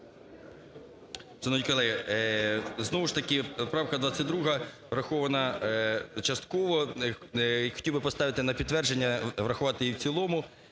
Дякую.